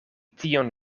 tion